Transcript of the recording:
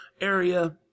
area